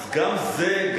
אז גם זה.